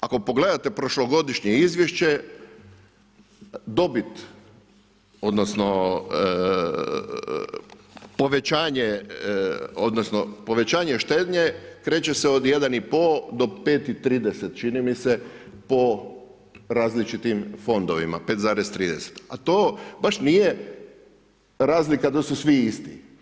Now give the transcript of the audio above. Ako pogledate prošlogodišnje izvješće dobit, odnosno povećanje odnosno povećanje štednje kreće se od 1 i pol do 5 i 30 čini mi se po različitim fondovima, 5,30 a to baš nije razlika da su svi isti.